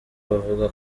bavugaga